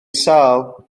sâl